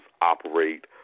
operate